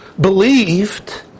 believed